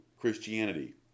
Christianity